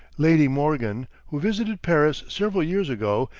lady morgan, who visited paris several years ago,